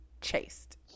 chased